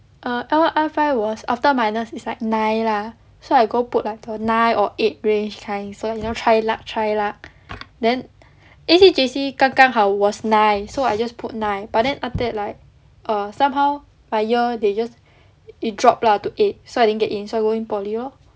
err L one R five was after minus is like nine lah so I go put like nine or eight range kind so you know try luck try luck then A_C_J_C 刚刚好 was nine so I just put nine but then after that like err somehow my year they just it dropped lah to eight so I didn't get in so I go in poly lor